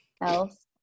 else